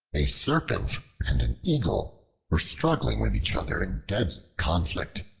a serpent and an eagle were struggling with each other in deadly conflict.